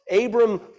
Abram